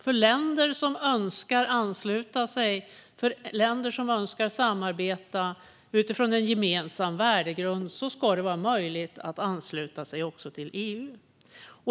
För länder som önskar ansluta sig och samarbeta utifrån en gemensam värdegrund ska det vara möjligt att ansluta sig till EU.